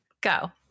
go